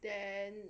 then